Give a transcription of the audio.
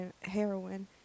heroin